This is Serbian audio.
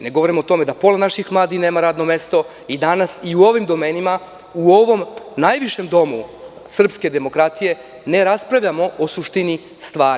Ne govorimo o tome da pola naših mladih nema radno mesto i danas i u ovim domenima i u ovom najvišem domu srpske demokratije ne raspravljamo o suštini stvari.